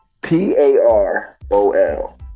P-A-R-O-L